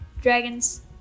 dragons